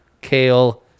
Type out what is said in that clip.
Kale